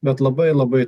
bet labai labai